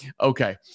Okay